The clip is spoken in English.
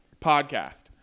Podcast